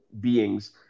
beings